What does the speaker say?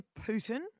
Putin